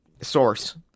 source